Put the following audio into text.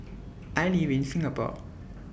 I live in Singapore